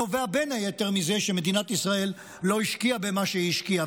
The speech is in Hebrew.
זה נובע בין היתר מזה שמדינת ישראל לא השקיעה במה שהיא השקיעה.